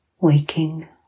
waking